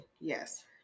yes